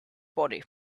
body